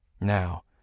Now